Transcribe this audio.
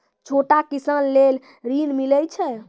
छोटा किसान लेल ॠन मिलय छै?